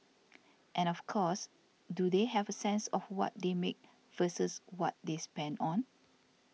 and of course do they have a sense of what they make versus what they spend on